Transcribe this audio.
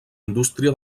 indústria